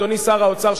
אדוני שר האוצר,